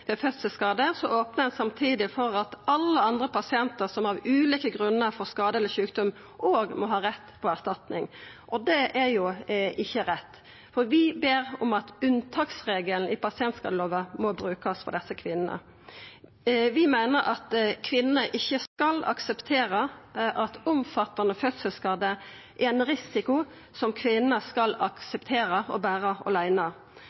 ved fødselsskadar, opnar ein samtidig for at alle andre pasientar som av ulike grunnar får skade eller sjukdom, òg må har rett på erstatning. Det er ikkje rett, for vi ber om at unntaksregelen i pasientskadelova må brukast for desse kvinnene. Vi meiner at omfattande fødselsskadar er ein risiko kvinner ikkje skal akseptera og bera åleine. Vi synest det er urimeleg at kvinner ikkje skal kunna kvalifisera til å